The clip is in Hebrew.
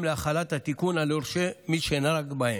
להחלת התיקון על יורשי מי שנהרג בהם.